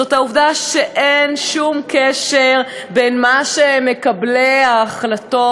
זה העובדה שאין שום קשר בין מה שמקבלי ההחלטות